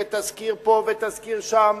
ותזכיר פה ותזכיר שם,